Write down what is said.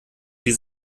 sie